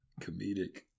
comedic